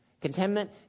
Contentment